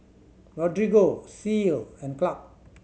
Rodrigo Ceil and Clark